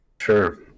Sure